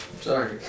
sorry